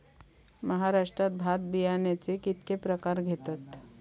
महाराष्ट्रात भात बियाण्याचे कीतके प्रकार घेतत?